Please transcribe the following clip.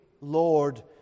Lord